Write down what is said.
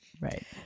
Right